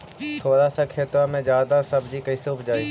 थोड़ा सा खेतबा में जादा सब्ज़ी कैसे उपजाई?